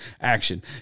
action